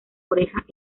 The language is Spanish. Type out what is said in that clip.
orejas